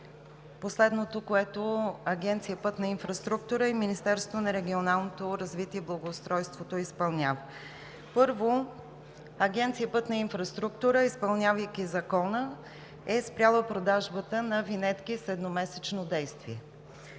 последното, което Агенция „Пътна инфраструктура“ и Министерството на регионалното развитие и благоустройството изпълнява. Първо, Агенция „Пътна инфраструктура“, изпълнявайки Закона, е спряла продажбата на винетки с едномесечно действие.